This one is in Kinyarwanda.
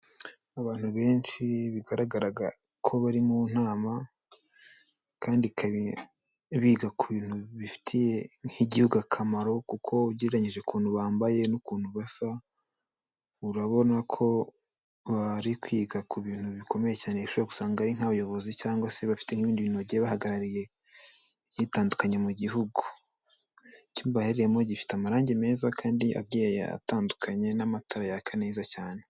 Abantu benshi bigaragaraga ko bari mu nama kandi ikaba biga ku bintu bifiye nk'igihugu akamaro kuko ugereranyije ukuntu bambaye n'ukuntu basa urabona ko bari kwiga ku bintu bikomeye cyane, ushobora gusanga ari nk'abayobozi cyangwa se bafite ibindi bintu bagiye bahagarariye byitandukanye mu gihugu, icyumba barimo gifite amarangi meza kandi agiye atandukanye n'amatara yaka neza cyane.